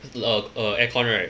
err err aircon right